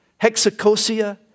Hexacosia